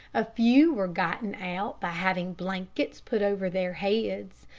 a few were gotten out by having blankets put over their heads,